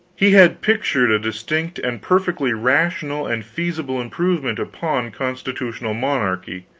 he had pictured a distinct and perfectly rational and feasible improvement upon constitutional monarchy,